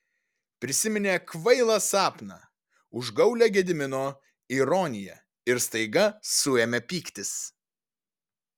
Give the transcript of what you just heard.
prisiminė kvailą sapną užgaulią gedimino ironiją ir staiga suėmė pyktis